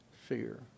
fear